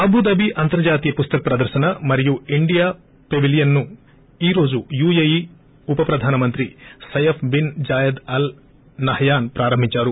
Abu Dhabi అంతర్జాతీయ పుస్తక ప్రదర్రన మరియు ఇండియా పివిలీయన్ను ఈ రోజు యూఏఈ ఉప ప్రధాన మంత్రి Saif bin Zayed Al Nahyan ప్రారంభించారు